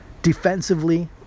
Defensively